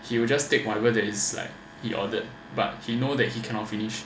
he will just take whatever that is like he ordered but he know that he cannot finish